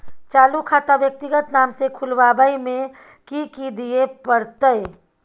चालू खाता व्यक्तिगत नाम से खुलवाबै में कि की दिये परतै?